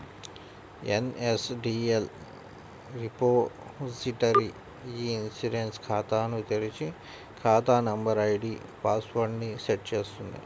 NSDL repository e insurance ఖాతాను తెరిచి, ఖాతా నంబర్, ఐడీ పాస్ వర్డ్ ని సెట్ చేస్తుంది